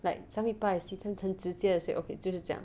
like some people I see 他们可能直接的 say okay 就是这样